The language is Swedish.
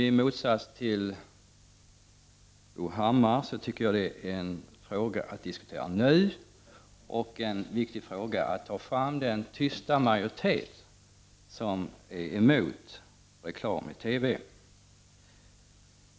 I motsatts till Bo Hammar tycker jag att det är frågor som vi skall diskutera nu och att det är viktigt att framhäva den tysta majoritet som är emot reklam i TV.